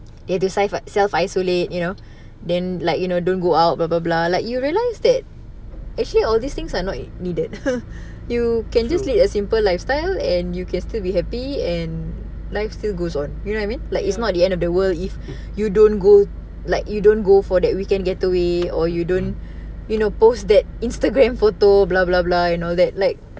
true ya mm